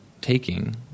taking